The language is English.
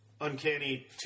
Uncanny